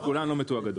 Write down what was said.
כי כולנו מתואגדות.